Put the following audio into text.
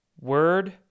Word